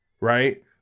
right